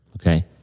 okay